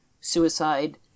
suicide